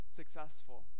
successful